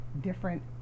different